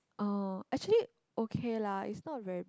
oh actually okay lah it's not very